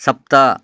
सप्त